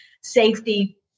safety